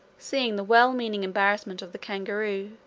seeing the well-meaning embarrassment of the kangaroo,